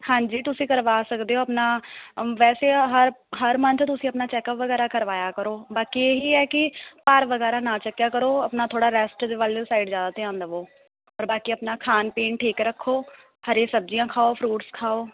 ਹਾਂਜੀ ਤੁਸੀਂ ਕਰਵਾ ਸਕਦੇ ਹੋ ਆਪਣਾ ਵੈਸੇ ਹਰ ਹਰ ਮੰਥ ਤੁਸੀਂ ਆਪਣਾ ਚੈਕਅਪ ਵਗੈਰਾ ਕਰਵਾਇਆ ਕਰੋ ਬਾਕੀ ਇਹੀ ਹੈ ਕਿ ਭਾਰ ਵਗੈਰਾ ਨਾ ਚੁੱਕਿਆ ਕਰੋ ਆਪਣਾ ਥੋੜ੍ਹਾ ਰੈਸਟ ਦੇ ਵੱਲ ਸਾਈਡ ਜ਼ਿਆਦਾ ਧਿਆਨ ਦੇਵੋ ਪਰ ਬਾਕੀ ਆਪਣਾ ਖਾਣ ਪੀਣ ਠੀਕ ਰੱਖੋ ਹਰੀ ਸਬਜ਼ੀਆਂ ਖਾਓ ਫਰੂਟਸ ਖਾਓ